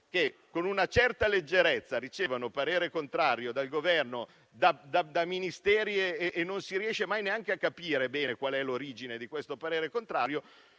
che, con una certa leggerezza, ricevono parere contrario dal Governo o dai Ministeri (non si riesce mai neanche a capire bene quale sia l'origine di questi pareri contrari)